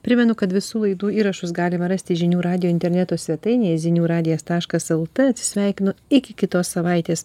primenu kad visų laidų įrašus galima rasti žinių radijo interneto svetainėje ziniu radijas taškas lt atsisveikinu iki kitos savaitės